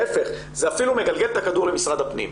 להיפך, זה אפילו מגלגל את הכדור למשרד הפנים.